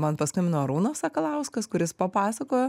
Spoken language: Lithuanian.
man paskambino arūnas sakalauskas kuris papasakojo